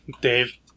Dave